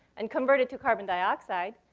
and convert it to carbon dioxide,